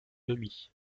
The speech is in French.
demi